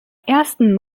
ersten